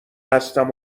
هستم